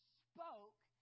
spoke